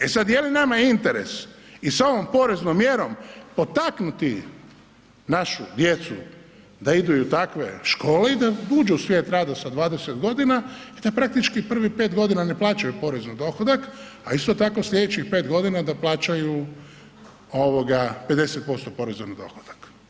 E sad je li nama interes i sa ovom poreznom mjerom potaknuti našu djecu da idu i u takve škole i da uđu u svijet rada sa 20 godina i da praktički prvih 5 godina ne plaćaju porez na dohodak a isto tako sljedećih 5 godina da plaćaju 50% poreza na dohodak.